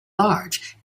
large